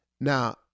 Now